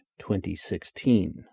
2016